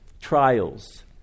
trials